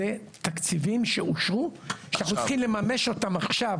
זה תקציבים שאושרו שאנחנו צריכים לממש אותם עכשיו